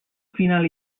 final